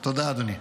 תודה, אדוני.